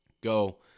go